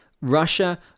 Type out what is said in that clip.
russia